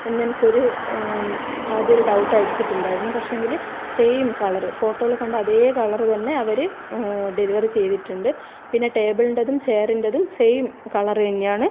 എന്നെനിക്കൊരു ആദ്യം ഒരു ഡൗട്ട് അടിച്ചിട്ടുണ്ടായിരുന്നു പക്ഷെയെങ്കിൽ സെയിം കളർ ഫോട്ടോയിൽ കണ്ട അതേ കളർ തന്നെ അവർ ഡെലിവറി ചെയ്തിട്ടുണ്ട് പിന്നെ ടേബിളിൻ്റതും ചെയറിൻ്റതും സെയിം കളർ തന്നെയാണ്